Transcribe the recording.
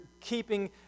keeping